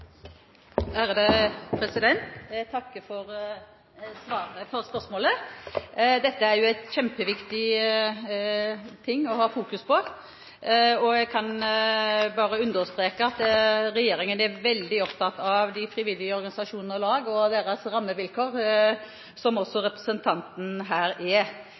Jeg takker for spørsmålet. Dette er det jo kjempeviktig å fokusere på. Jeg kan bare understreke at regjeringen er veldig opptatt av de frivillige organisasjoner og lag og deres rammevilkår, som også representanten er. Det er